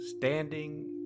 Standing